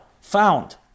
found